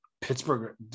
Pittsburgh